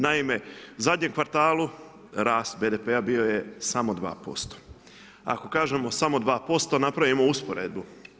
Naime, u zadnjem kvartalu rast BDP-a bio je samo 2%, ako kažemo samo 2% napravimo usporedbu.